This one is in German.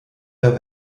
der